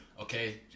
Okay